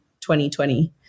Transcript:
2020